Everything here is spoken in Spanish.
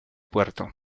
puerto